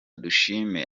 dushime